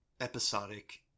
episodic